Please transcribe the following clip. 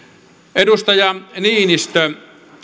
edustaja niinistö